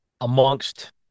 amongst